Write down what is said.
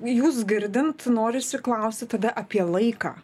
jus girdint norisi klausti tada apie laiką